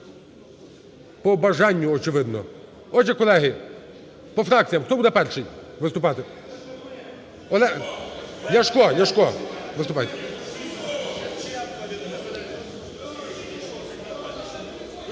по бажанню, очевидно. Отже, колеги, по фракціям. Хто буде перший виступати? Олег Ляшко. Ляшко, виступайте.